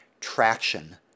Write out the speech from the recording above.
Traction